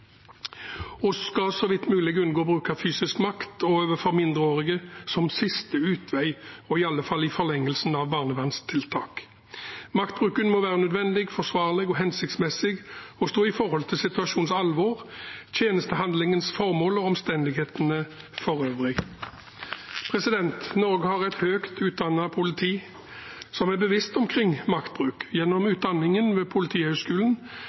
skal så vidt mulig unngå bruk av fysisk makt, og overfor mindreårige som siste utvei, i alle fall i forlengelsen av barnevernstiltak. Maktbruken må være nødvendig, forsvarlig og hensiktsmessig og stå i forhold til situasjonens alvor, tjenestehandlingens formål og omstendighetene for øvrig. Norge har et høyt utdannet politi som er bevisst omkring maktbruk. Gjennom utdanningen ved Politihøgskolen